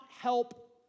help